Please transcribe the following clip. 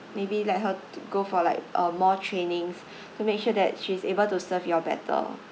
maybe let her go for like uh more training make sure that she's able to serve you all better